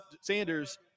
Sanders